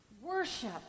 Worship